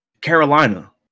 Carolina